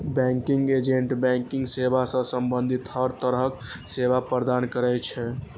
banking agent banking सेवा सं संबंधित हर तरहक सेवा प्रदान करै छै